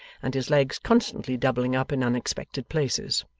and his legs constantly doubling up in unexpected places.